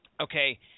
Okay